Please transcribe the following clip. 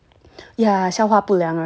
ya 消化不良 right